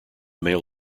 mail